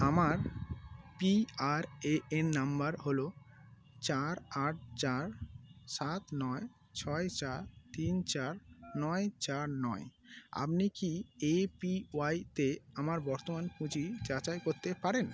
আমার PRAN number হলো চার আট চার সাত নয় ছয় চার তিন চার নয় চার নয় আপনি কি এপিওয়াইতে আমার বর্তমান পুঁজি যাচাই করতে পারেন